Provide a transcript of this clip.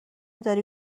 داری